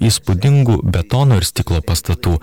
įspūdingų betono ir stiklo pastatų